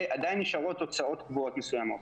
ועדיין נשארו התוצאות קבועות מסוימות